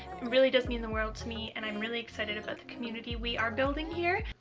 really does mean the world to me and i'm really excited about the community we are building here.